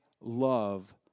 love